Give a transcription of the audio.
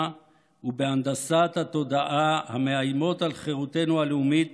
ובהנדסת התודעה המאיימות על חירותנו הלאומית